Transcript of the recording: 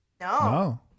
No